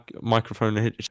microphone